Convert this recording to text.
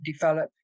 develop